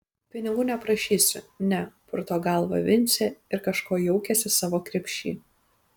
pinigų neprašysiu ne purto galvą vincė ir kažko jaukiasi savo krepšy